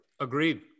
Agreed